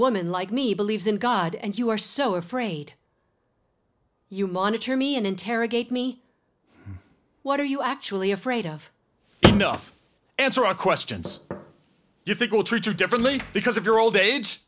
woman like me believes in god and you are so afraid you monitor me and interrogate me what are you actually afraid of enough answer our questions you think will treat you differently because of your old age